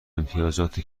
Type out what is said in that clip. امتیازات